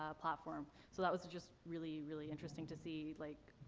ah platform. so that was just really, really interesting to see. like,